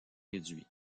réduits